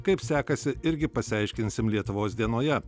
kaip sekasi irgi pasiaiškinsim lietuvos dienoje